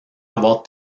avoir